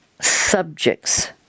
subjects